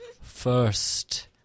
First